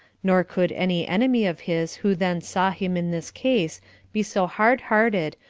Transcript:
nor could any enemy of his who then saw him in this case be so hardhearted,